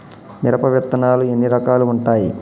మిరప విత్తనాలు ఎన్ని రకాలు ఉంటాయి?